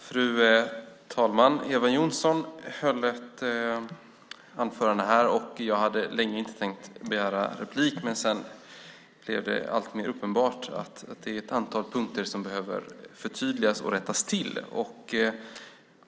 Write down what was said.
Fru talman! Eva Johnsson höll ett anförande här, men jag hade inte tänkt begära replik på det. Men sedan blev det alltmer uppenbart att det är ett antal punkter som behöver förtydligas och rättas till.